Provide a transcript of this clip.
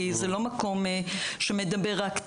כי זה לא מקום שמדבר רק טיפול,